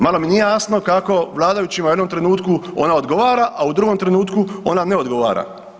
Malo mi nije jasno kako vladajućima u jednom trenutku ona odgovara, a u drugom trenutku ona ne odgovara.